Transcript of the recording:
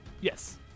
Yes